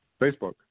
Facebook